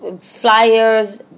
Flyers